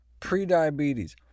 prediabetes